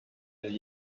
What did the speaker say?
byari